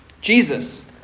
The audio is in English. Jesus